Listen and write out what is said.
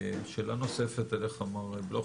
שאלה נוספת אליך, מר בלוך.